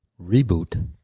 Reboot